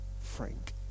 Frank